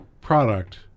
product